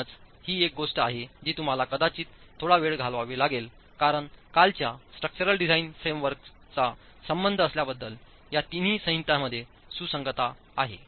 म्हणूनच ही एक गोष्ट आहे जी तुम्हाला कदाचित थोडा वेळ घालवावी लागेल कारण कालच्या स्ट्रक्चरल डिझाइन फ्रेमवर्कचा संबंध असल्याबद्दल या तीनही संहितांमध्ये सुसंगतता आहे